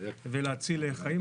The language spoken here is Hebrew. ולהציל חיים.